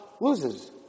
loses